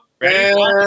Ready